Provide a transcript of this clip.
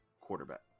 quarterback